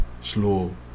slow